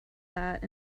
that